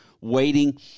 waiting